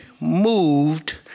moved